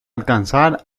alcanzar